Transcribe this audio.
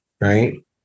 right